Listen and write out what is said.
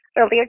earlier